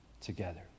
together